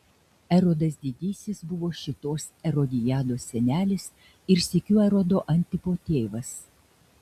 erodas didysis buvo šitos erodiados senelis ir sykiu erodo antipo tėvas